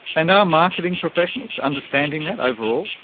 and are marketing professionals understanding that overall?